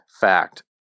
fact